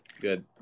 Good